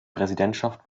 präsidentschaft